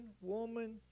woman